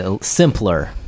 Simpler